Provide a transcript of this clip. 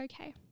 okay